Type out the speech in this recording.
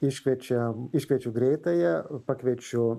iškviečiam iškviečiu greitąją pakviečiu